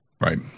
Right